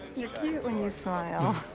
you're cute when you smile.